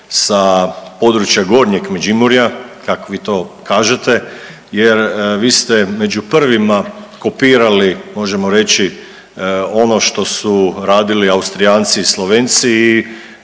sa područja gornjeg Međimurja kako vi to kažete jer vi ste među prvima kopirali možemo reći ono što su radili Austrijanci i Slovenci i